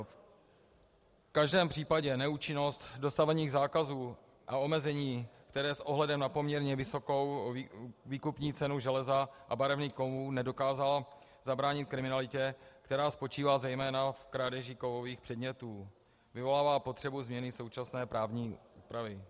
V každém případě neúčinnost dosavadních zákazů a omezení, které s ohledem na poměrně vysokou výkupní cenu železa a barevných kovů nedokázaly zabránit kriminalitě, která spočívá zejména v krádeži kovových předmětů, vyvolává potřebu změny současné právní úpravy.